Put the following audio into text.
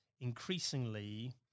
increasingly